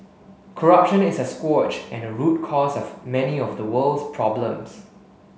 corruption is a scourge and a root cause of many of the world's problems